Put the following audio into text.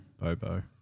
Bobo